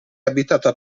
abitata